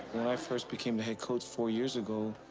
when i first became the head coach four years ago,